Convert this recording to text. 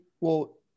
well-